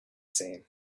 same